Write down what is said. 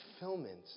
fulfillment